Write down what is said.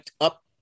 up